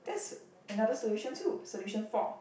that's another solution too solution four